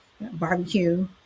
barbecue